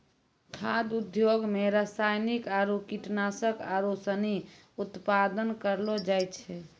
खाद्य उद्योग मे रासायनिक आरु कीटनाशक आरू सनी उत्पादन करलो जाय छै